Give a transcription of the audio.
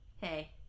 Hey